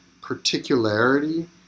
particularity